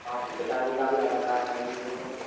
आपके पिताजी का भी आधार कार्ड चाहिए